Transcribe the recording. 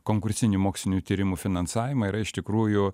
konkursinį mokslinių tyrimų finansavimą yra iš tikrųjų